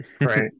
Right